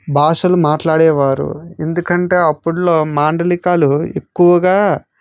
భాషలు మాట్లాడేవారు ఎందుకంటే అప్పట్లో మాండలికలు ఎక్కువగా